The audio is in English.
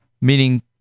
meaning